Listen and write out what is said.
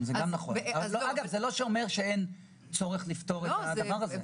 אבל זה לא אומר שאין צורך לפתור את הדבר הזה.